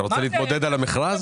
אתה רוצה להתמודד על המכרז?